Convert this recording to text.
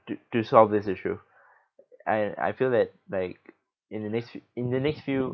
to to solve this issue I I feel that like in the next few in the next few